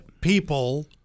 people